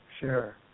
Sure